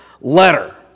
letter